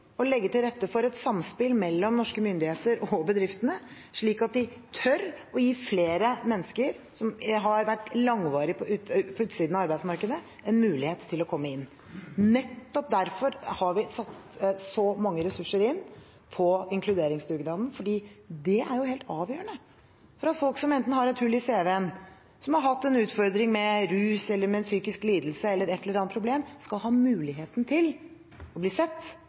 å legge til rette for et samspill mellom norske myndigheter og bedriftene, slik at de tør å gi flere mennesker som har vært langvarig på utsiden av arbeidsmarkedet, en mulighet til å komme inn. Nettopp derfor har vi satt så mange ressurser inn på inkluderingsdugnaden, for det er helt avgjørende for at folk som enten har et hull i CV-en eller en utfordring med rus, en psykisk lidelse eller et eller annet problem, skal ha muligheten til å bli sett